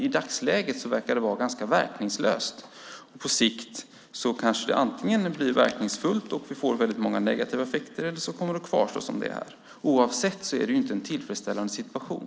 I dagsläget verkar det vara ganska verkningslöst. På sikt kanske det blir verkningsfullt, och då får vi väldigt många negativa effekter, eller så kommer det att kvarstå som det är. Oavsett hur det blir är det inte en tillfredsställande situation.